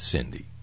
Cindy